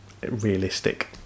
realistic